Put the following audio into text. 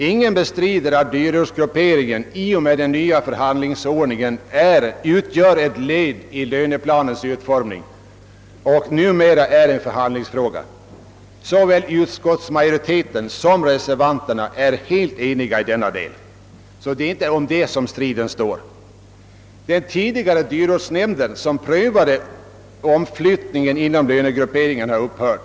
Ingen bestrider att dyrortsgrupperingen i och med tillkomsten av den nya förhandlingsordningen utgör ett led i löneplanens utformning och numera är en förhandlingsfråga. Såväl utskottsmajoriteten som reservanterna är helt eniga i det avseendet; det är alltså inte om den saken som striden nu står. Den tidigare dyrortsnämnden som prövade omflyttningar inom dyrortssystemet har upphört.